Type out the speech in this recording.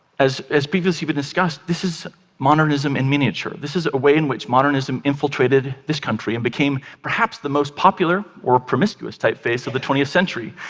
as as previously we've but discussed, this is modernism in miniature. this is a way in which modernism infiltrated this country and became perhaps the most popular, or promiscuous typeface, of the twentieth century.